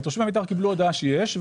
תושבי מיתר קיבלו הודעה שיש,